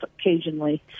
occasionally